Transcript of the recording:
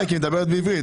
כן, כי היא מדברת עברית.